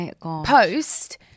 post